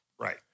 Right